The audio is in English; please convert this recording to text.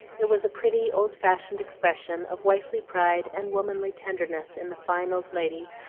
it was a pretty, old-fashioned expression of wifely pride and womanly tenderness in the fine old lady,